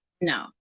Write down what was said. No